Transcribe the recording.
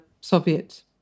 Soviet